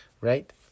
Right